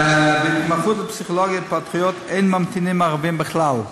בהתמחות בפסיכולוגיה התפתחותית אין ממתינים ערבים בכלל.